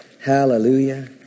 Hallelujah